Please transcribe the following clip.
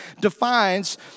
defines